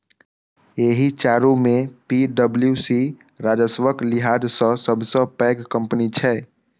एहि चारू मे पी.डब्ल्यू.सी राजस्वक लिहाज सं सबसं पैघ कंपनी छै